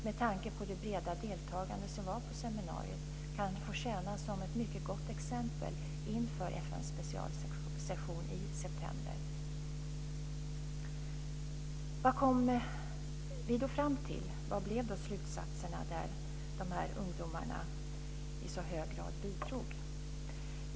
Med tanke på det breda deltagande som var på seminariet kan det få tjäna som ett mycket gott exempel inför Vad kom vi då fram till? Vilka blev slutsatserna som ungdomarna i så hög grad bidrog till?